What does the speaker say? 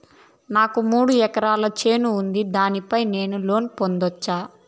నాకు మూడు ఎకరాలు చేను ఉంది, దాని పైన నేను లోను పొందొచ్చా?